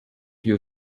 you